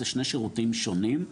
זה שני שירותים שונים,